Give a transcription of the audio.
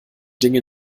dinge